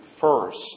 first